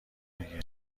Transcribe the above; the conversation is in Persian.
دیگه